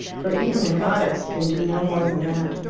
for even a goddess can do no more than that.